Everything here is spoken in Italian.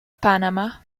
panama